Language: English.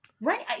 Right